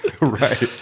right